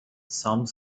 some